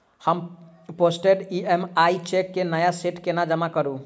हम postdated EMI cheque केँ नया सेट केना जमा करू?